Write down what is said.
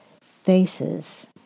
faces